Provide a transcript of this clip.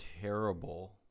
terrible